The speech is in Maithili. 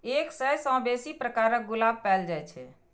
एक सय सं बेसी प्रकारक गुलाब पाएल जाए छै